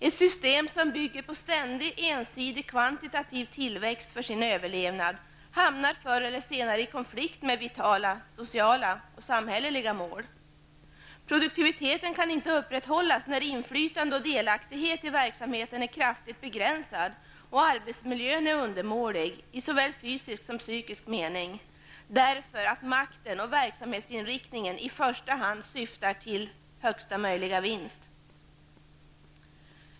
Ett system som bygger på ständig ensidig kvantitativ tillväxt för sin överlevnad hamnar förr eller senare i konflikt med vitala, sociala och samhälleliga mål. Produktiviteten kan inte upprätthållas när inflytande på och delaktighet i verksamheten kraftigt begränsas och arbetsmiljön är undermålig i såväl fysisk som psykisk mening, eftersom makten och verksamhetsinriktningen i första hand syftar till högsta möjliga vinst.